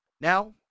Now